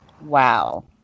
Wow